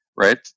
Right